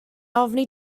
ofni